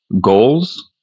goals